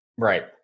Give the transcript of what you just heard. Right